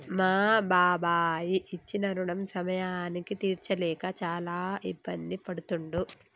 మా బాబాయి ఇచ్చిన రుణం సమయానికి తీర్చలేక చాలా ఇబ్బంది పడుతుండు